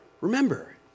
remember